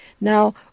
Now